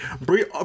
brie